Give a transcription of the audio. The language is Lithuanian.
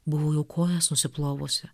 buvau jau kojas nusiplovusi